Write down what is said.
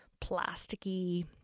plasticky